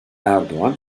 erdoğan